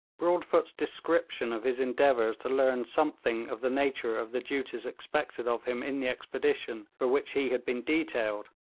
broadfoot's description of his endeavours to learn something of the nature of the duties expected of him in the expedition for which he had been detailed,